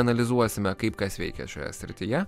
analizuosime kaip kas veikia šioje srityje